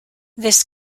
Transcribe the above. this